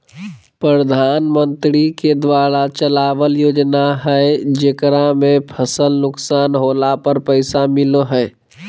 प्रधानमंत्री के द्वारा चलावल योजना हइ जेकरा में फसल नुकसान होला पर पैसा मिलो हइ